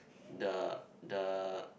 the the